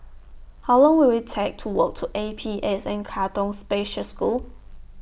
How Long Will IT Take to Walk to A P S N Katong Special School